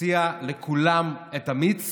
הוציאה לכולם את המיץ